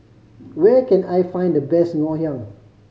where can I find the best Ngoh Hiang